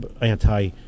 anti